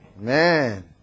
Man